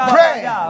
Pray